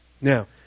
Now